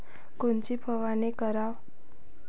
कोनची फवारणी कराव?